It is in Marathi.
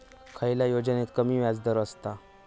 खयल्या योजनेत कमी व्याजदर असता?